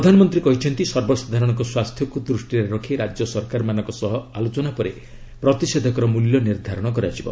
ପ୍ରଧାନମନ୍ତ୍ରୀ କହିଛନ୍ତି ସର୍ବସାଧାରଣଙ୍କ ସ୍ପାସ୍ଥ୍ୟକୁ ଦୃଷ୍ଟିରେ ରଖି ରାଜ୍ୟ ସରକାରମାନଙ୍କ ସହ ଆଲୋଚନା ପରେ ପ୍ରତିଷେଧକର ମୂଲ୍ୟ ନିର୍ଦ୍ଧାରଣ କରାଯିବ